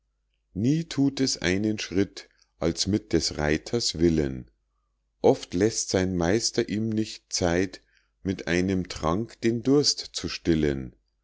nie thut es einen schritt als mit des reiters willen oft läßt sein meister ihm nicht zeit mit einem trank den durst zu stillen